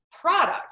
product